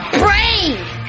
brave